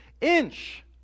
inch